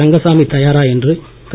ரங்கசாமி தயாரா என்று திரு